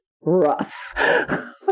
rough